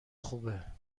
خوبه